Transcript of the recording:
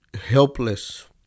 helpless